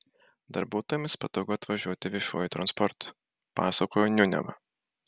darbuotojams patogu atvažiuoti viešuoju transportu pasakojo niuneva